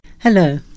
Hello